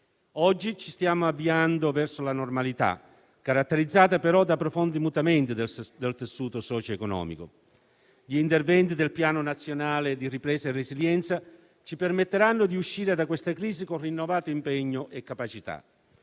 Oggi ci stiamo avviando verso la normalità, caratterizzata però da profondi mutamenti del tessuto socio-economico. Gli interventi del Piano nazionale di ripresa e resilienza ci permetteranno di uscire da questa crisi con rinnovato impegno e capacità.